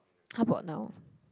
how about now